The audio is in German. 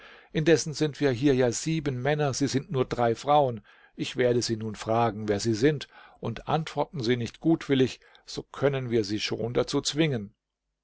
indessen sind wir hier ja sieben männer sie sind nur drei frauen ich werde sie nun fragen wer sie sind und antworten sie nicht gutwillig so können wir sie schon dazu zwingen